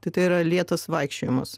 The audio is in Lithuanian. tai tai yra lėtas vaikščiojimas